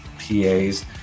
PAs